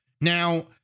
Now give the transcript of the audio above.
Now